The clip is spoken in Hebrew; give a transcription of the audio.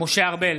משה ארבל,